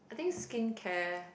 I think skincare